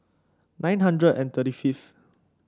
nine hundred and thirty fifth